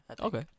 Okay